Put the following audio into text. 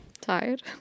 Tired